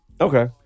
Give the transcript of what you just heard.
okay